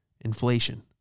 Inflation